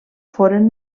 foren